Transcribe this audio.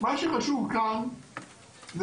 מה שחשוב כאן זה